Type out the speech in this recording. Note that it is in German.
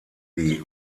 die